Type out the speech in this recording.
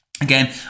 Again